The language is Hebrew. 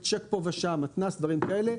צ'ק פה ושם, מתנ"ס, דברים כאלה.